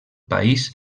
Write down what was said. país